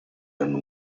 hanno